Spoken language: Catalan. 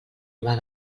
robar